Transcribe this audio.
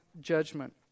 judgment